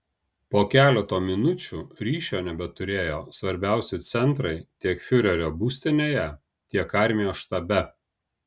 po keleto minučių ryšio nebeturėjo svarbiausi centrai tiek fiurerio būstinėje tiek armijos štabe